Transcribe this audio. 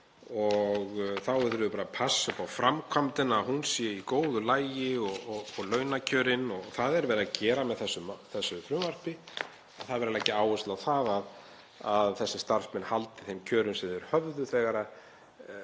og þá verðum við bara að passa upp á framkvæmdina, að hún sé í góðu lagi, og launakjörin. Það er verið að gera með þessu frumvarpi, það er verið að leggja áherslu á það að þessir starfsmenn haldi þeim kjörum sem þeir höfðu, hafi